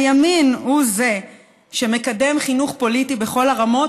הימין הוא שמקדם חינוך פוליטי בכל הרמות.